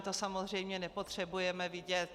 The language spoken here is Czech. To samozřejmě nepotřebujeme vidět.